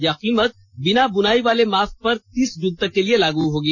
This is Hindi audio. यह कीमत बिना बुनाई वाले मास्क पर तीस जून तक के लिए लागू रहेगी